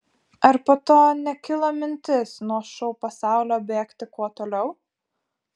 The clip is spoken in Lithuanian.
ar po to nekilo mintis nuo šou pasaulio bėgti kuo toliau